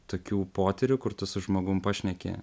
tokių potyrių kur tu su žmogum pašneki